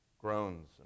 groans